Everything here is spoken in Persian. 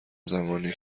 زمانی